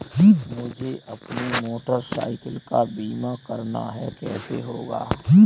मुझे अपनी motorcycle का बीमा करना है कैसे होगा?